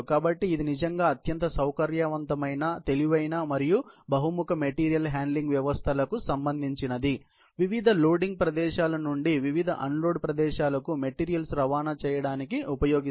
కాబట్టి ఇది నిజంగా అత్యంత సౌకర్యవంతమైన తెలివైన మరియు బహుముఖ మెటీరియల్ హ్యాండ్లింగ్ వ్యవస్థలకు చెందినది వివిధ లోడింగ్ ప్రదేశాల నుండి వివిధ అన్లోడ్ ప్రదేశాలకు మెటీరియల్స్ రవాణా చేయడానికి ఉపయోగిస్తారు